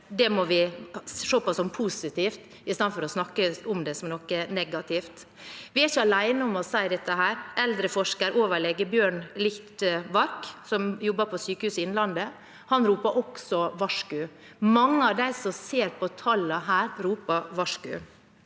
må vi se på som positivt istedenfor å snakke om det som noe negativt. Vi er ikke alene om å si dette. Eldreforsker og overlege Bjørn Lichtwarck, som jobber på Sykehuset Innlandet, roper også varsku. Mange av dem som ser på tallene her, roper varsku.